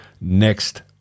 Next